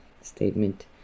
statement